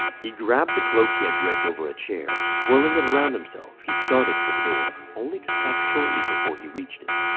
he grabbed the cloak he had draped over a chair. swirling it around himself, he started for the door only to stop shortly before he reached it.